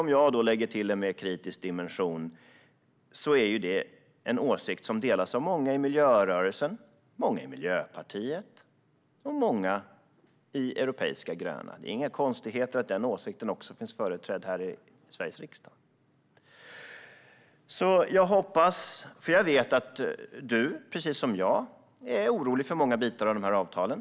Om jag lägger till en mer kritisk dimension är det en åsikt som delas av många i miljörörelsen, många i Miljöpartiet och många i Europeiska gröna. Det är inte konstigt att den åsikten också finns företrädd här i Sveriges riksdag. Jag vet att du, precis som jag, är orolig för många delar i avtalen.